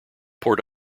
port